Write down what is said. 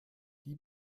die